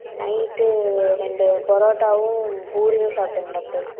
night ரெண்டு பரோட்டாவும் பூரியும் சாப்பிட்டேங்க டாக்டர்